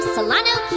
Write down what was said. Solano